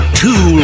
two